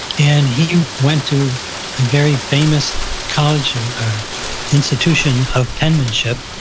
and he went to a very famous college or institution of penmanship,